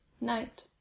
night